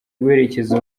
guherekeza